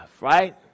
right